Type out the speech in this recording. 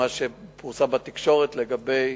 מה שפורסם בתקשורת לגבי